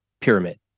pyramid